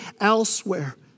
elsewhere